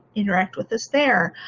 interact with us there,